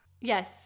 yes